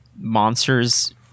monsters